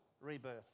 rebirth